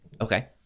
Okay